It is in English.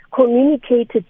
communicated